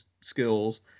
skills